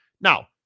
Now